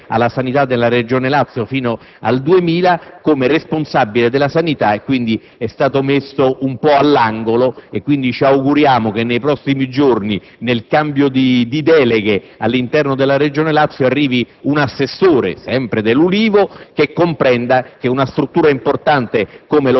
l'onorevole Cosentino, già assessore alla sanità della regione Lazio fino al 2000, come responsabile della sanità e dunque l'assessore è stato messo un po' all'angolo. Ci auguriamo che, nei prossimi giorni, con il cambio di deleghe all'interno della Regione Lazio, arrivi un assessore, sempre